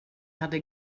hade